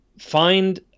find